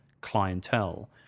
clientele